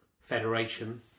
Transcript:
Federation